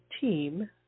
team